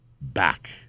back